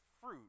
fruit